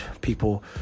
people